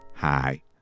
Hi